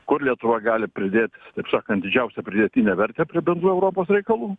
kur lietuva gali pridėt taip sakant didžiausią pridėtinę vertę prie bendro europos reikalų